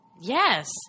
Yes